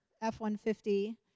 F-150